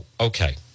okay